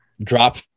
drop